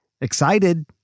Excited